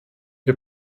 wir